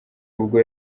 ubwo